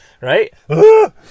Right